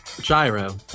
Gyro